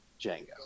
Django